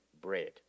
bread